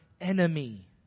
enemy